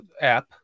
app